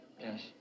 Yes